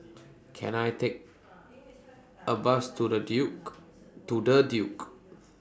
Can I Take A Bus to The Duke